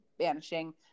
banishing